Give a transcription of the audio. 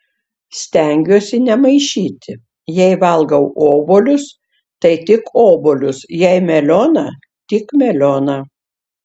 stengiuosi nemaišyti jei valgau obuolius tai tik obuolius jei melioną tik melioną